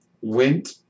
went